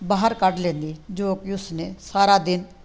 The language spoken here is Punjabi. ਬਾਹਰ ਕੱਢ ਲੈਂਦੀ ਜੋ ਕਿ ਉਸਨੇ ਸਾਰਾ ਦਿਨ